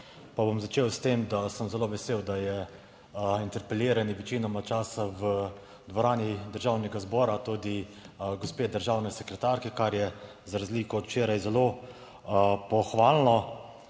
pa bom začel s tem, da sem zelo vesel, da je interpeliranje večinoma časa v dvorani Državnega zbora, tudi gospe državne sekretarke, kar je za razliko od včeraj zelo pohvalno.